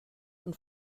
und